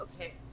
okay